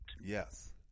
Yes